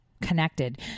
connected